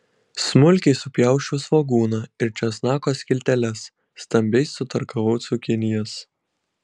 smulkiai supjausčiau svogūną ir česnako skilteles stambiai sutarkavau cukinijas